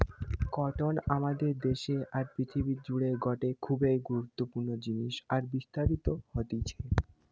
cotton আমাদের দেশে আর পৃথিবী জুড়ে গটে খুবই গুরুত্বপূর্ণ জিনিস আর বিস্তারিত হতিছে